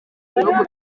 bihugu